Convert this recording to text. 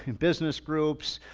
business groups,